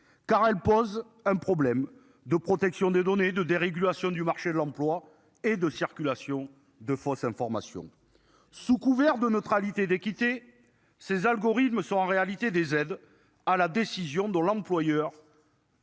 car elle pose un problème de protection des données de dérégulation du marché de l'emploi et de circulation de fausses informations. Sous couvert de neutralité d'équité ses algorithmes sont en réalité des aides à la décision de l'employeur.